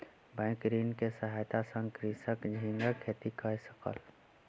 bank ऋण के सहायता सॅ कृषक झींगा खेती कय सकल